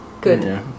Good